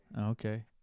Okay